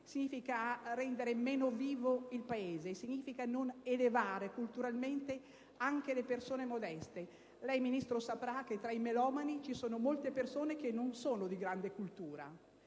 significhi rendere meno vivo il Paese e non elevare culturalmente anche le persone modeste. Lei, signor Ministro, saprà che tra i melomani ci sono molte persone che non sono di grande cultura;